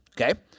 Okay